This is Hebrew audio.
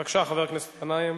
בבקשה, חבר הכנסת גנאים.